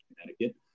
Connecticut